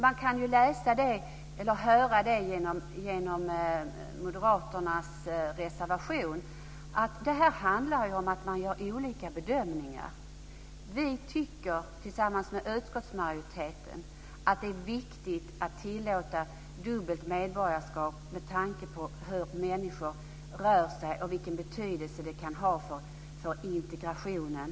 Man kan ju se i moderaternas reservation att det här handlar om olika bedömningar. Vi tycker, tillsammans med utskottsmajoriteten, att det är viktigt att tillåta dubbelt medborgarskap med tanke på hur människor rör sig och vilken betydelse det kan ha för integrationen.